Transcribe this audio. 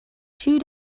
two